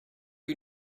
you